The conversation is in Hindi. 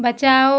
बचाओ